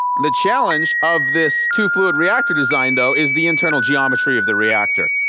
the challenge of this two fluid reactor design though, is the internal geometry of the reactor.